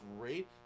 great